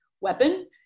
weapon